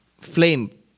flame